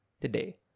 today